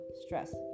stress